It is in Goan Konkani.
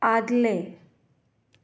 आदलें